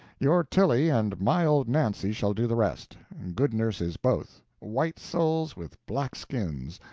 your tilly and my old nancy shall do the rest good nurses both, white souls with black skins,